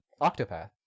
Octopath